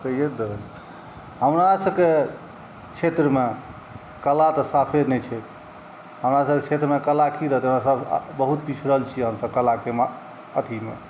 हमरासबके क्षेत्रमे कला तऽ साफे नहि छै हमरासबके क्षेत्रमे कला कि रहतै हमरासब बहुत पिछड़ल छिए हमसब कलाके अथीमे